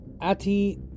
Ati